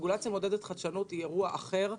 רגולציה מעודדת חדשנות היא אירוע אחר.